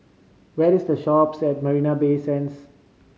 where is The Shoppes at Marina Bay Sands